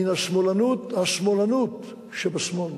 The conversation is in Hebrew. מן השמאלנות, השמאלנות שבשמאל.